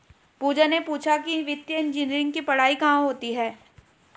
पूजा ने पूछा कि वित्तीय इंजीनियरिंग की पढ़ाई कहाँ होती है?